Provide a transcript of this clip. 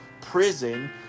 prison